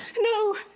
No